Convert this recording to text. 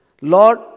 Lord